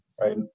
Right